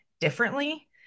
differently